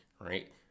right